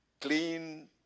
Clean